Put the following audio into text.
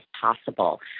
possible